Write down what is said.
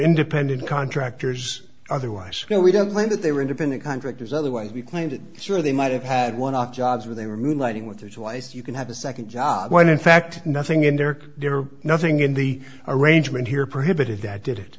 independent contractors otherwise no we don't lend that they were independent contractors otherwise we claimed sure they might have had one up jobs where they were moonlighting with or twice you can have a nd job when in fact nothing in there nothing in the arrangement here prohibited that did